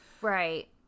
Right